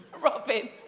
Robin